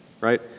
right